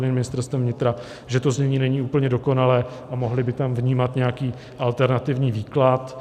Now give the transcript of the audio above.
Ministerstvem vnitra, že to znění není úplně dokonalé a mohli by tam vnímat nějaký alternativní výklad.